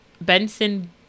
Benson